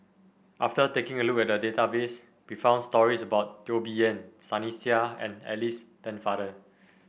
after taking a look at the database we found stories about Teo Bee Yen Sunny Sia and Alice Pennefather